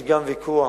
יש גם ויכוח.